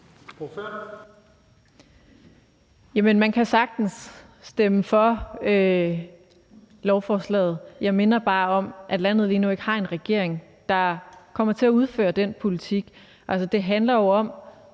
man kan sagtens stemme for lovforslaget. Jeg minder bare om, at landet lige nu ikke har en regering, der kommer til at udføre den politik. Altså, det handler jo om